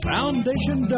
Foundation